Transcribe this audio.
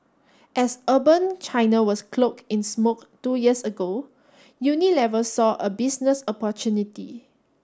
as urban China was cloaked in smoke two years ago Unilever saw a business opportunity